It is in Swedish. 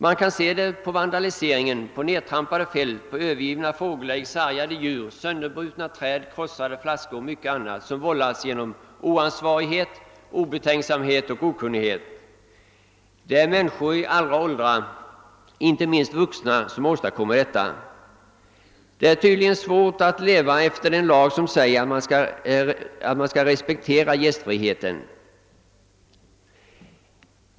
Man kan se detta på vandaliseringen — på nedtrampade fält, övergivna fågelägg, sargade djur, sönderbrutna träd, krossade flaskor och mycket annat som vållas på grund av oansvarighet, obetänksamhet och okunnighet. Det är människor i alla åldrar, inte minst vuxna, som åstadkommer detta. Det är tydligen svårt att leva efter den lag som säger att man skall respektera gästfriheten.